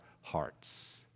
hearts